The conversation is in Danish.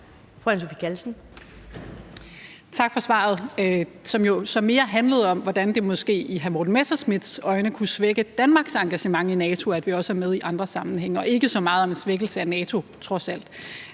Tak for svaret, som mere handlede om, hvordan det måske i hr. Morten Messerschmidts øjne kunne svække Danmarks engagement i NATO, at vi også er med i andre sammenhænge, og trods alt ikke så meget om en svækkelse af NATO.